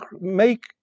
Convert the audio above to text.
make